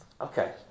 Okay